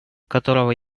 которого